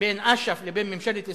בין אש"ף לבין ממשלת ישראל,